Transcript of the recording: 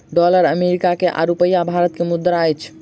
dollar America के आ रूपया भारत के मुद्रा अछि